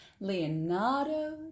Leonardo